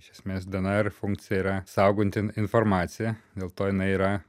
iš esmės dnr funkcija yra saugontin informaciją dėl to jinai yra